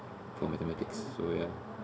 for mathematics so ya